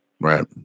right